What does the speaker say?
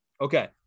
Okay